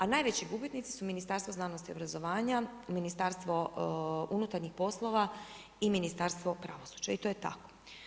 A najveći gubitnicu su Ministarstvo znanosti i obrazovanja, Ministarstvo unutarnjih poslova i Ministarstvo pravosuđa i to je tako.